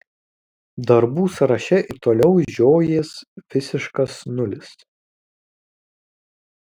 darbų sąraše ir toliau žiojės visiškas nulis